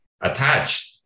attached